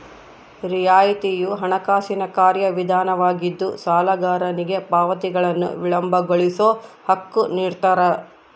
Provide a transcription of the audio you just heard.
ರಿಯಾಯಿತಿಯು ಹಣಕಾಸಿನ ಕಾರ್ಯವಿಧಾನವಾಗಿದ್ದು ಸಾಲಗಾರನಿಗೆ ಪಾವತಿಗಳನ್ನು ವಿಳಂಬಗೊಳಿಸೋ ಹಕ್ಕು ನಿಡ್ತಾರ